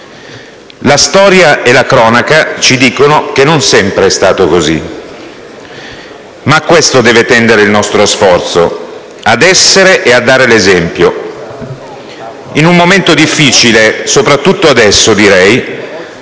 La storia e la cronaca ci dicono che non sempre, però, è stato così. Ma a questo deve tendere il nostro sforzo, ad essere e a dare l'esempio, in un momento difficile, soprattutto adesso,